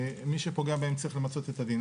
מי שפוגע בהם צריך למצות איתו את הדין.